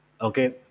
Okay